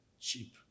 cheap